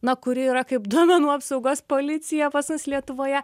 na kuri yra kaip duomenų apsaugos policija pas mus lietuvoje